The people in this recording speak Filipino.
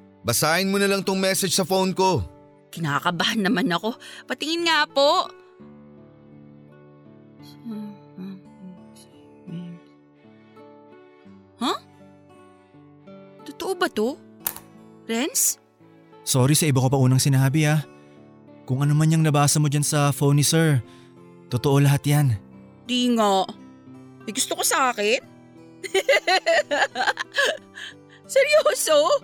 Basahin mo na lang tong message sa phone ko. Kinakabahan naman ako. Patingin nga po. Huh? Totoo ba to? Renz? Sorry sa iba ko pa unang sinabi, ah. Kung ano man yang nabasa mo dyan sa phone ni sir, totoo lahat yan. Di nga. May gusto ka sa akin? Seryoso?